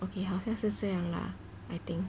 okay 好像是这样 lah